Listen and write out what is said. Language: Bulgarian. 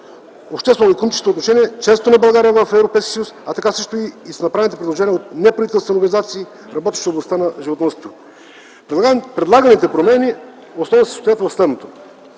обществено-икономически отношения, членството на България в Европейския съюз, а така също и с направените предложения от неправителствените организации, работещи в областта на животновъдството. Предлаганите промени основно се състоят в следното: